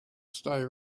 stay